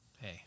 hey